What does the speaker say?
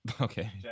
Okay